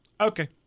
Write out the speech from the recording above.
okay